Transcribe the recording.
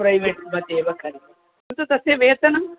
private मध्ये वा कार्यं किन्तु तस्य वेतनं